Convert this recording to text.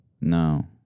No